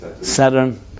Saturn